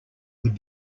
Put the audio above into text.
would